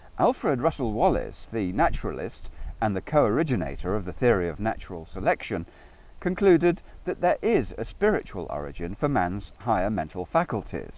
alfred russel wallace the naturalist and the co originator of the theory of natural selection concluded that there is a spiritual origin for man's higher mental faculties